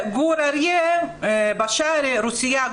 גור אריה: רוסיה,